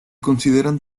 consideran